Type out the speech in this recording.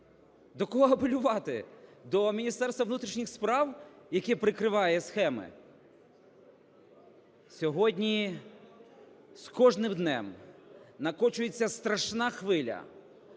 До кого апелювати? До Міністерства внутрішніх справ, яке прикриває схеми? Сьогодні з кожним днем накочується страшна хвиля